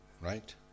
right